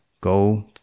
go